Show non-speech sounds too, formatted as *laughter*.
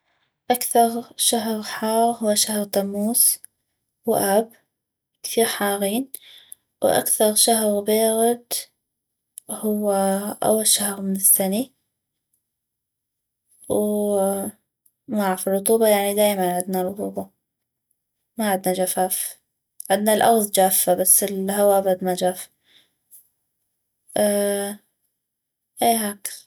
اكثغ شهغ حاغ هو شهغ تموز واب كثيغ حاغين واكثغ شهغ بيغد هو اول شهغ من السني ومعغف الرطوبة يعني دايما عدنا رطوبة ما عدنا جفاف عدنا الاغض جافة بس الهو ابد ما جاف *hesitation* اي هاكذ